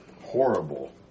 horrible